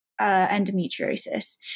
endometriosis